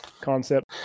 concept